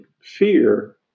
fear